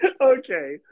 Okay